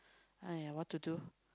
!aiya! what to do